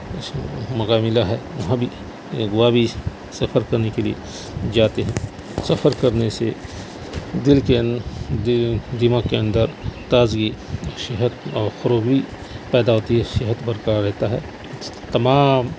موقع ملا ہے وہاں بھی گوا بھی سفر کرنے کے لیے جاتے ہیں سفر کرنے سے دل کے ان دماغ کے اندر تازگی صحت اور فروغ پیدا ہوتی ہے صحت برقرار رہتا ہے اس تمام